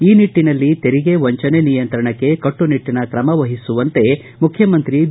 ಈ ನಿಟ್ಟನಲ್ಲಿ ತೆರಿಗೆ ವಂಚನೆ ನಿಯಂತ್ರಣಕ್ಕೆ ಕಟ್ಟುನಿಟ್ಟನ ಕ್ರಮ ವಹಿಸುವಂತೆ ಮುಖ್ಯಮಂತ್ರಿ ಬಿ